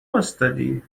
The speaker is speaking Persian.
واستادی